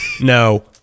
No